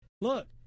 look